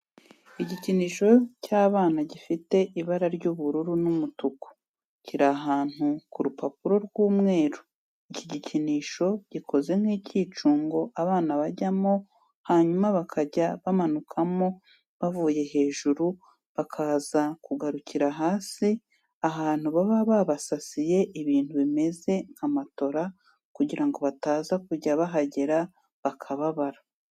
Igikinisho cy'abana gifite ibara ry'ubururu n'umutuku kiri ahantu ku rupapuro rw'umweru. Iki gikinisho gikoze nk'icyicungo abana bajyamo hanyuma bakajya bamanukamo bavuye hejuru bakaza kugarukira hasi ahantu baba babasasiye ibintu bimeze nka matora kugira ngo bataza kujya bahagera bakababara.